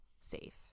safe